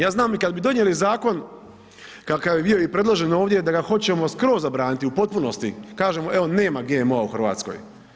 Ja znam i kad bi donijeli zakon kakav je bio i predložen ovdje da ga hoćemo skroz zabraniti, u potpunosti, kažemo evo nema GMO-a u Hrvatskoj.